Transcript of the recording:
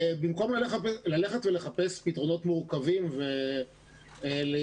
במקום ללכת ולחפש פתרונות מורכבים ולייצר